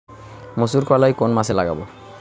মুসুরকলাই কোন মাসে লাগাব?